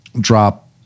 drop